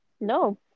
No